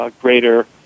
greater